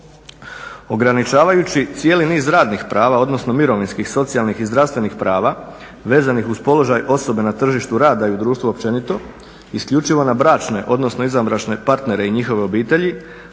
Ograničavajući cijeli niz radnih prava, odnosno mirovinskih, socijalnih i zdravstvenih prava vezanih uz položaj osobe na tržištu rada i u društvu općenito isključivo na bračne odnosno izvanbračne partnere i njihove obitelji